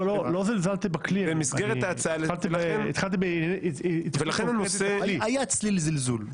לא זלזלתי בכלי, התחלתי --- היה צליל זלזול.